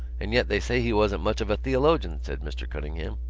and yet they say he wasn't much of a theologian, said mr cunningham.